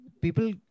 people